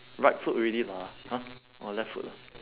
right foot already ah !huh! oh left foot ah